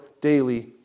daily